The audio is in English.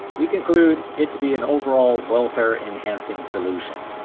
we conclude it to be an overall welfare enhancing solution.